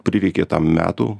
prireikė tam metų